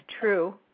true